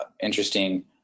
interesting